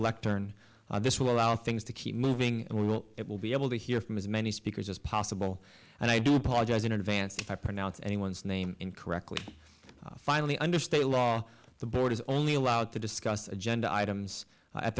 lectern this will allow things to keep moving well it will be able to hear from as many speakers as possible and i do apologize in advance if i pronounce anyone's name correctly finally under state law the board is only allowed to discuss agenda items at